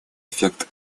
эффект